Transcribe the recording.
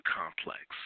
complex